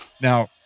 Now